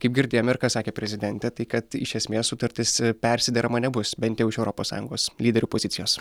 kaip girdėjom ir ką sakė prezidentė tai kad iš esmės sutartis persiderama nebus bent jau iš europos sąjungos lyderių pozicijos